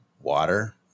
water